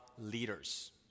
leaders